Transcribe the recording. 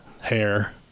hair